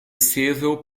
civil